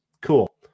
cool